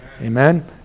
Amen